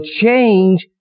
change